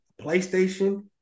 PlayStation